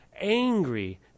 angry